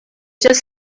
just